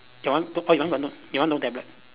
your one two oh your one got no your one no tablet